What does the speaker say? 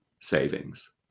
savings